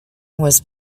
was